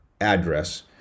address